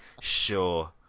sure